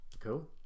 cool